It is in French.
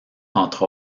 entre